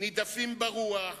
נידפים ברוח.